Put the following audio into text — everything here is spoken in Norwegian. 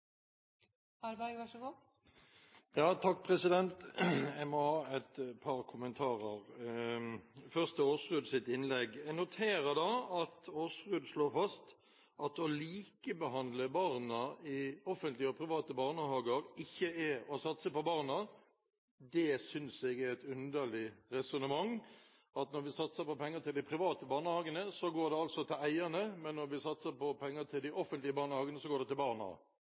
Jeg har et par kommentarer. Først til Aasruds innlegg: Jeg noterer meg at Aasrud slår fast at å likebehandle barna i offentlige og private barnehager, ikke er å satse på barna. Det synes jeg er et underlig resonnement. Når vi gir penger til de private barnehagene, går de altså til eierne, men når vi gir penger til de offentlige barnehagene, går de altså til barna.